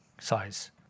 size